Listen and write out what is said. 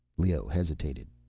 leoh hesitated,